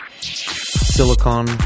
Silicon